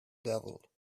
devil